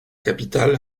capitale